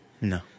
no